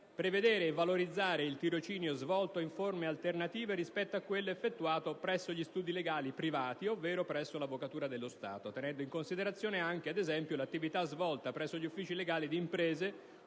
prevedere e a valorizzare il tirocinio svolto in forme alternative rispetto a quello effettuato presso gli studi legali privati ovvero presso l'Avvocatura dello Stato, tenendo in considerazione anche, ad esempio, l'attività svolta presso gli uffici legali d'imprese,